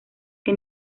que